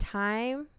time